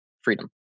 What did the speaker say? freedom